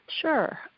Sure